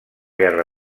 guerra